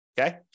okay